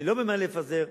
אני לא ממהר לפזר,